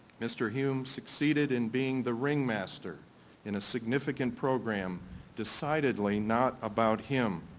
mr. hume succeeded in being the ringmaster in a significant program decidedly not about him